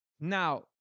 Now